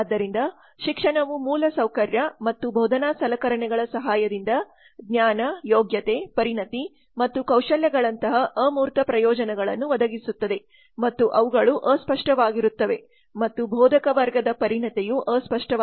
ಆದ್ದರಿಂದ ಶಿಕ್ಷಣವು ಮೂಲಸೌಕರ್ಯ ಮತ್ತು ಬೋಧನಾ ಸಲಕರಣೆಗಳ ಸಹಾಯದಿಂದ ಜ್ಞಾನ ಯೋಗ್ಯತೆ ಪರಿಣತಿ ಮತ್ತು ಕೌಶಲ್ಯಗಳಂತಹ ಅಮೂರ್ತ ಪ್ರಯೋಜನಗಳನ್ನು ಒದಗಿಸುತ್ತದೆ ಮತ್ತು ಅವುಗಳು ಅಸ್ಪಷ್ಟವಾಗಿರುತ್ತವೆ ಮತ್ತು ಬೋಧಕವರ್ಗದ ಪರಿಣತಿಯು ಅಸ್ಪಷ್ಟವಾಗಿದೆ